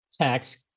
tax